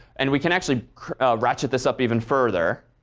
and we can actually ratchet this up even further